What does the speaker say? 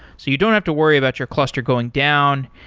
so you don't have to worry about your cluster going down,